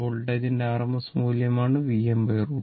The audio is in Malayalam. വോൾട്ടേജിന്റെ RMS മൂല്യമാണ് Vm√ 2